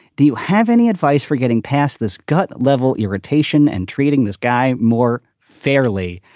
do you have any advice for getting past this gut level irritation and treating this guy more fairly?